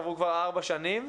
עברו כבר ארבע שנים.